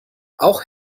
auch